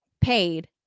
paid